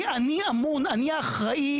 אני אמון אני אחראי,